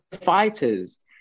fighters